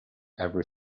every